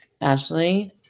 Ashley